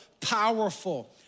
powerful